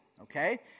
Okay